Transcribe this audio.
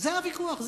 זה הוויכוח.